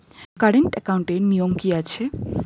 Current একাউন্টের নিয়ম কী আছে?